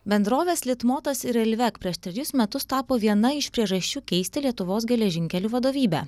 bendrovės litmotas ir reilvek prieš trejus metus tapo viena iš priežasčių keisti lietuvos geležinkelių vadovybę